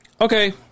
okay